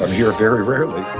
i'm here very rarely.